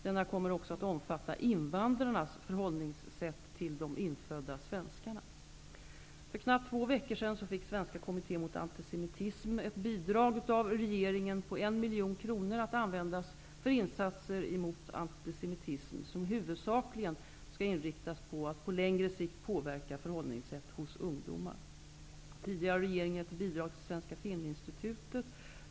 Denna kommer också att omfatta invandrarnas förhållningssätt till de infödda svenskarna. För knappt två veckor sedan fick Svenska kommittén mot antisemitism ett bidrag av regeringen på 1 miljon kronor att användas för insatser mot antisemitism, som huvudsakligen skall inriktas på att på längre sikt påverka förhållningssätt hos ungdomar. Tidigare har regeringen gett ett bidrag till Svenska filminstitutet.